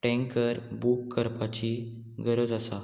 tanker book करपाची गरज आसा